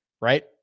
right